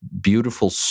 beautiful